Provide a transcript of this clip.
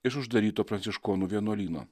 iš uždaryto pranciškonų vienuolyno